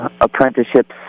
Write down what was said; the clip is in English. apprenticeships